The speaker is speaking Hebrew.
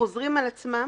החוזרים על עצמם,